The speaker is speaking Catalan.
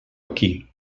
aquí